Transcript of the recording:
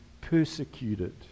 persecuted